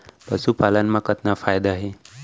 पशुपालन मा कतना फायदा हे?